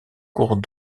cours